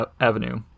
avenue